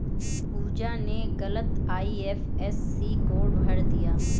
पूजा ने गलत IFSC code भर दिया